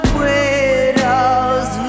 widow's